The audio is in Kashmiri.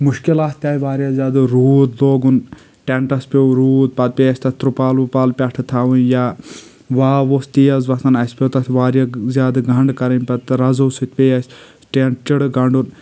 مُشکِلات تہِ آیہِ واریاہ زیٛادٕ روٗد لوگُن ٹینٹس پیٚو روٗد پتہِ پیٚے اَسہِ تَتھ تُرپال وُوپال پٮ۪ٹھہٕ تھاوٕنۍ یا واو اوس تیز وۄتھان اَسہِ پیٚو تَتھ واریاہ زیٛادٕ گنٛڈ کرٕنۍ پتہٕ رَزو سۭتۍ پیٚے اَسہِ ٹینٹ چِرٕ گنٛڈُن